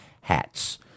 hats